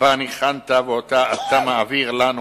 שבה ניחנת, ואותה אתה מעביר לנו